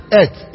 earth